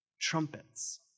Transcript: Trumpets